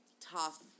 tough